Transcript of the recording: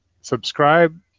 subscribe